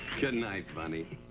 good night, bunny.